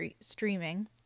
streaming